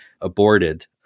aborted